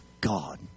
God